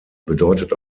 bedeutet